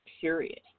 period